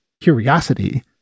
curiosity